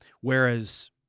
Whereas